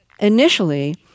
initially